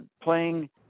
playing